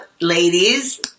ladies